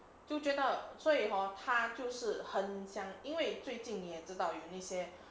就觉得所以 hor 他就是很想因为最近你也知道有那些